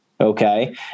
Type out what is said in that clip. Okay